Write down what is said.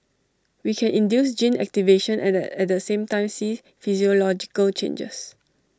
we can induce gene activation and at the same time see physiological changes